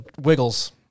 Wiggles